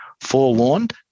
forewarned